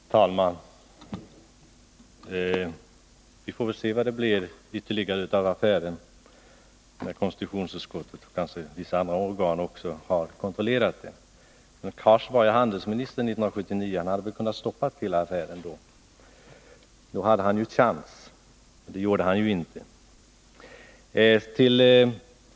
Fru talman! Vi får väl se vad det blir ytterligare av Telubaffären, när konstitutionsutskottet och kanske också vissa andra organ har kontrollerat den. Hadar Cars var emellertid handelsminister 1979. Då hade han chansen att stoppa hela affären, men det gjorde han inte.